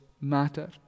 matter